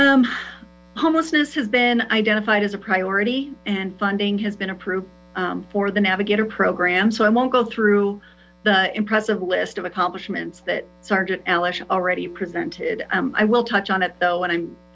slide homelessness has been identified as a priority and funding has been approved for the navigator program so i won't go through the impressive list of accomplishments that sergeant ellis already presented i will touch on it though when i'm